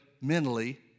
mentally